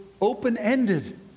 open-ended